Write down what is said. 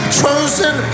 chosen